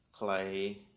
clay